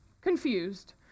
confused